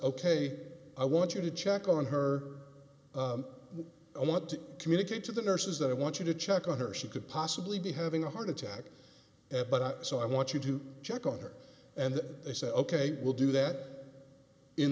ok i want you to check on her i want to communicate to the nurses that i want you to check on her she could possibly be having a heart attack but i so i want you to check on her and they said ok we'll do that in